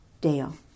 Dale